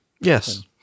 yes